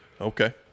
Okay